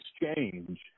exchange